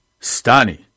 Stani